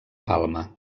palma